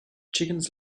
chickens